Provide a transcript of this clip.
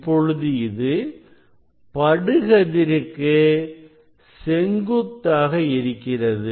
இப்பொழுது இது படுகதிருக்கு செங்குத்தாக இருக்கிறது